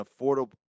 affordable